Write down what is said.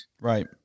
Right